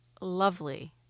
lovely